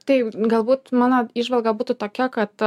tai galbūt mano įžvalga būtų tokia kad